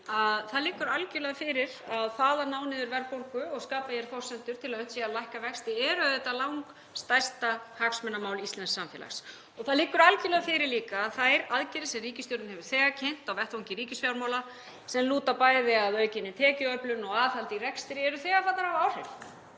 það liggur algerlega fyrir að það að ná niður verðbólgu og skapa hér forsendur til að unnt sé að lækka vexti er auðvitað langstærsta hagsmunamál íslensks samfélags. Það liggur algerlega fyrir líka að þær aðgerðir sem ríkisstjórnin hefur þegar kynnt á vettvangi ríkisfjármála sem lúta bæði að aukinni tekjuöflun og aðhaldi í rekstri eru þegar farnar að hafa